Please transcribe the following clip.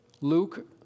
Luke